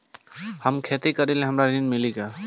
हम खेती करीले हमरा ऋण मिली का?